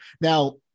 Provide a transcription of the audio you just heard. now